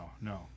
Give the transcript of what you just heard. no